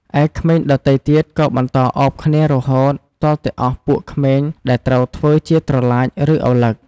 ឯក្មេងដទៃទៀតក៏បន្តអោបគ្នារហួត ទាល់តែអស់ពួកក្មេងដែលត្រូវធ្វើជាត្រឡាច ឬ ឪឡឹក ។